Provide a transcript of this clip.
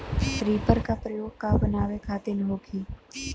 Reaper का प्रयोग का बनावे खातिन होखि?